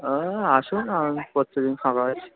ও আসুন আমি প্রত্যেক দিন সকালে আছি